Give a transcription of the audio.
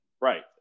Right